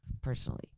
personally